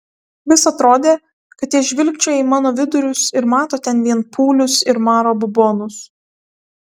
vis atrodė kad jie žvilgčioja į mano vidurius ir mato ten vien pūlius ir maro bubonus